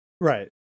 Right